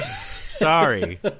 Sorry